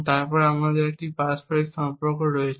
তাহলে আমাদের একটি পারস্পরিক সম্পর্ক রয়েছে